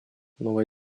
новая